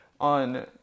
on